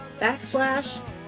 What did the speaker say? backslash